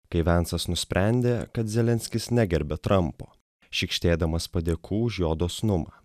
kai vencas nusprendė kad zelenskis negerbia trampo šykštėdamas padėkų už jo dosnumą